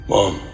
Mom